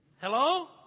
Hello